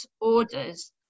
orders